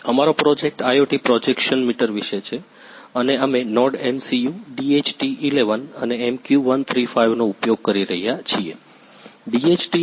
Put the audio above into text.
અમારો project IoT projection meter વિશે છે અને અમે NodeMCU DHT11 અને MQ135 નો ઉપયોગ કરી રહ્યા છીએ